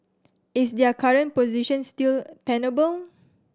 is their current position still tenable